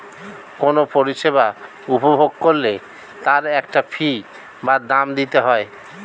কোনো পরিষেবা উপভোগ করলে তার একটা ফী বা দাম দিতে হয়